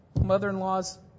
mother-in-law's